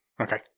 Okay